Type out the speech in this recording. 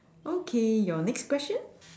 okay your next question